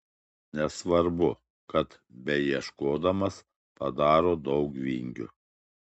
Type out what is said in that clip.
nesvarbu kad beieškodamas padaro daug vingių